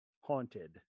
haunted